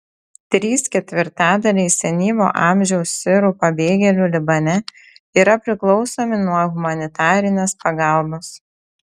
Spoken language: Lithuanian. trys ketvirtadaliai senyvo amžiaus sirų pabėgėlių libane yra priklausomi nuo humanitarės pagalbos